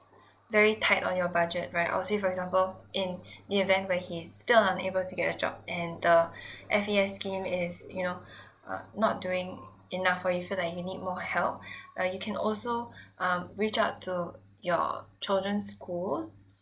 very tight on your budget right I'll say for example in the event where he's still unable to get a job and the F_A_S scheme is you know uh not doing enough for you you feel like you need more help uh you can also um reach out to your children's school